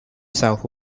south